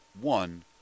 one